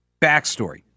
backstory